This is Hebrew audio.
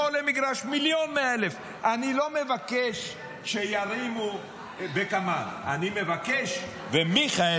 ופה עולה מגרש 1,100,000. מאיר כהן (יש עתיד): אדוני היושב-ראש,